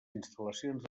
instal·lacions